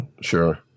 sure